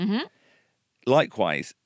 Likewise